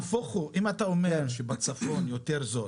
נהפוך הוא, אם אתה אומר שבצפון יותר זול